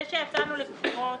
זה שיצאנו לבחירות